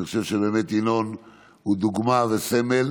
אגב, רק לגבי הסיבים,